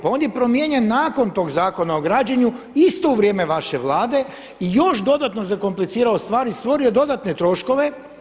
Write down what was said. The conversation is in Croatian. Pa on je promijenjen nakon tog zakona o građenju, isto u vrijeme vaše Vlade i još dodatno zakomplicirao stvari i stvorio dodatne troškove.